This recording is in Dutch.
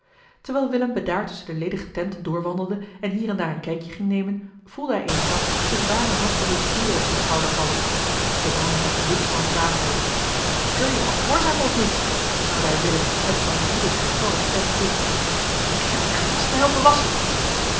terwijl willem bedaard tusschen de ledige tenten doorwandelde en hier en daar een kijkje ging nemen voelde hij eensklaps de zware hand van den bestuurder op zijn schouder vallen de man zag wit van kwaadheid zul je me gehoorzamen of niet snauwde hij willem met van woede schorre stem toe ik heb je gelast te helpen wasschen